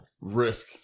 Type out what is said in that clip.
risk